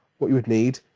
what you would need,